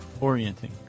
Orienting